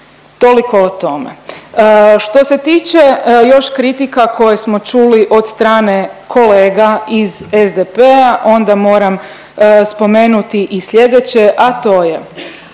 toliko o tome. Što se tiče još kritika koje smo čuli od strane kolega iz SDP-a onda moram spomenuti i slijedeće, a to je